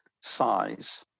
size